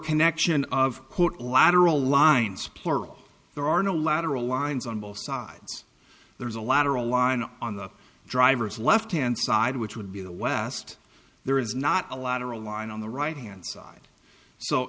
connection of foot lateral lines plural there are no lateral lines on both sides there's a lateral line on the driver's left hand side which would be the west there is not a lot or a line on the right hand side so